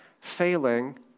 failing